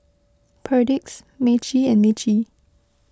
Perdix Meiji and Meiji